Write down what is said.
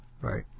Right